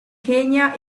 kenya